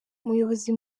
umuyobozi